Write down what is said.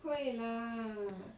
会啦